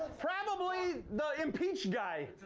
probably the impeached guy.